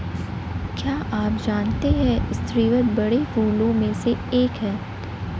क्या आप जानते है स्रीवत बड़े फूलों में से एक है